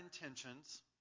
intentions